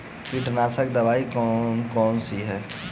कीटनाशक दवाई कौन कौन सी हैं?